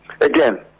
again